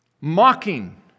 Mocking